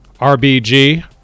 rbg